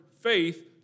faith